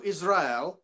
Israel